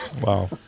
wow